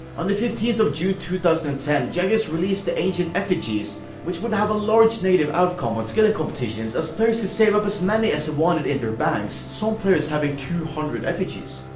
on the fifteenth of june two thousand and ten jagex released the ancient effigies which would have a large negative outcome on skilling competitions as players could save up as many as they wanted in their banks, some players having two hundred effigies.